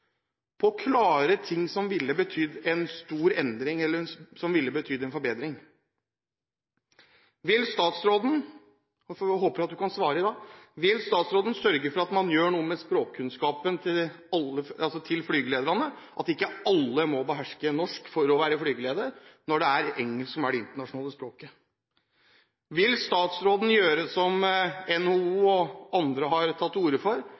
på klare forhold som ville ha betydd en stor endring eller forbedring. Vil statsråden – så håper jeg at hun kan svare i dag – sørge for at man gjør noe med kravet til språkkunnskaper hos flygelederne, at ikke alle må beherske norsk for å være flygeleder når det er engelsk som er det internasjonale språket? Vil statsråden gjøre som NHO og andre har tatt til orde for: